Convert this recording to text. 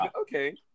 okay